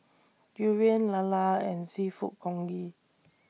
Durian Lala and Seafood Congee